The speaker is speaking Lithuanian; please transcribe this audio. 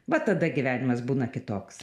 vat tada gyvenimas būna kitoks